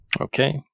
Okay